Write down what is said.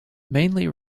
mainly